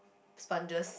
sponges